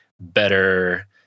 better